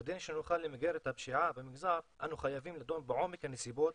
וכדי שנוכל למגר את הפשיעה במגזר אנחנו חייבים לדון בעומק הנסיבות